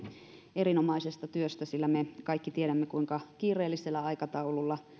erinomaisesta työstä sillä me kaikki tiedämme kuinka kiireellisellä aikataululla